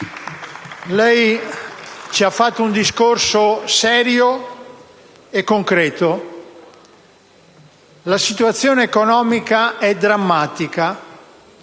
lei ci ha fatto un discorso serio e concreto. La situazione economica è drammatica: